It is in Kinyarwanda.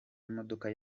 imodoka